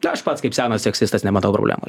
na aš pats kaip senas seksistas nematau problemų